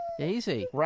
Easy